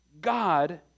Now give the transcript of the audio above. God